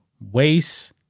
waste